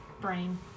Brain